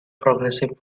progressive